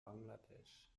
bangladesch